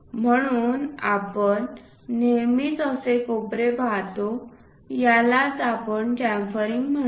म्हणूनआपण नेहमीच असे कोपरे पाहतो यालाच आपण च्याम्फरिंग म्हणतो